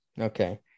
Okay